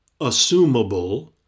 assumable